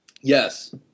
Yes